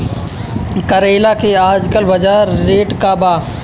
करेला के आजकल बजार रेट का बा?